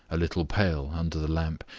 a little pale, under the lamp,